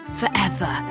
forever